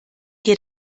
dir